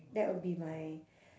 that'll be my